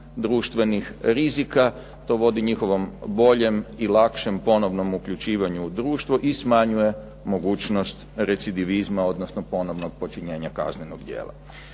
društvenih rizika, to vodi njihovom boljem i lakšem ponovnom uključivanju u društvo i smanjuje mogućnost recidivizma, odnosno ponovnog počinjenja kaznenog djela.